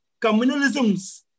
communalisms